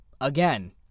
again